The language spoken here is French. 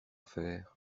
faire